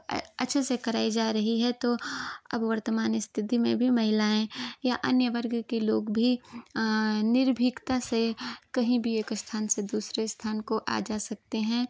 अच्छे से कराई जा रही है तो अब वर्तमान स्थिति में भी महिलाएँ या अन्य वर्ग के लोग भी निर्भीकता से कहीं भी एक स्थान से दूसरे स्थान को आ जा सकते हैं